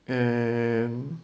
then